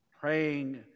praying